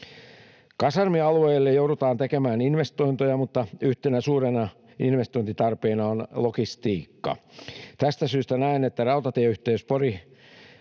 Kasarmialueille joudutaan tekemään investointeja, mutta yhtenä suurena investointitarpeena on logistiikka. Tästä syystä näen, että rautatieyhteys Porin